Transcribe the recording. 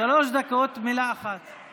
שלוש דקות, מילה אחת.